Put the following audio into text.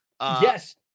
Yes